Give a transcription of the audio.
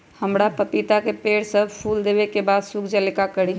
हमरा पतिता के पेड़ सब फुल देबे के बाद सुख जाले का करी?